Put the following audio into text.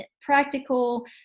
practical